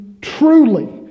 truly